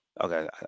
okay